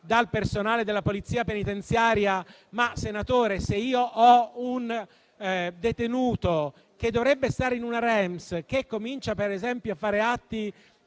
dal personale della polizia penitenziaria: "senatore, se ho un detenuto che dovrebbe stare in una REMS e che comincia, per esempio, a fare atti